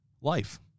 life